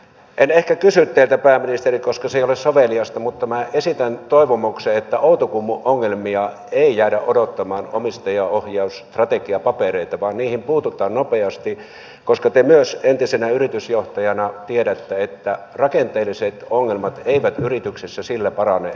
en ehkä kysy teiltä pääministeri koska se ei ole soveliasta mutta esitän toivomuksen että outokummun ongelmissa ei jäädä odottamaan omistajaohjausstrategiapapereita vaan niihin puututaan nopeasti koska te myös entisenä yritysjohtajana tiedätte että rakenteelliset ongelmat eivät yrityksessä sillä parane että odotetaan